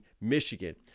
Michigan